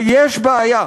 יש בעיה.